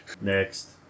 Next